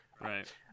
right